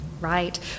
right